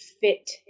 fit